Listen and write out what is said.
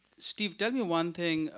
steve, tell me one thing